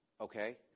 Okay